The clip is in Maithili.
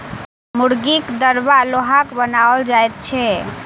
मुर्गीक दरबा लोहाक बनाओल जाइत छै